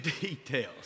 details